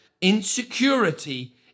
Insecurity